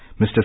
Mr